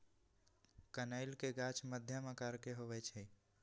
कनइल के गाछ मध्यम आकर के होइ छइ